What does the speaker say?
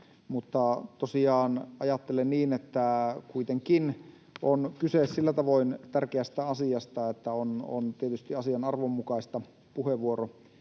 Mutta ajattelen niin, että kuitenkin on kyse sillä tavoin tärkeästä asiasta, että on tietysti asian arvon mukaista puheenvuoro